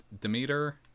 Demeter